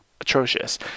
atrocious